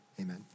amen